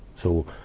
so,